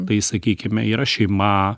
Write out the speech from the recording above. tai sakykime yra šeima